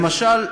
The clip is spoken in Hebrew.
למשל,